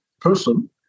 person